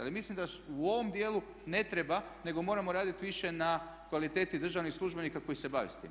Ali mislim da u ovom dijelu ne treba nego moramo raditi više na kvaliteti državnih službenika koji se bave sa time.